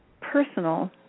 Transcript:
personal